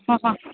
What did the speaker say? ஆ